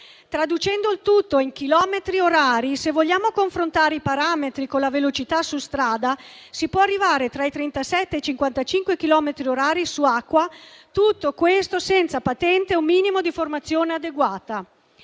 Traducendo il tutto in chilometri orari, se vogliamo confrontare i parametri con la velocità su strada, si può arrivare tra i 37 e i 55 chilometri orari su acqua, tutto questo senza patente o un minimo di formazione adeguata.